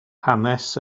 hanes